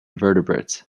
vertebrates